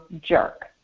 jerk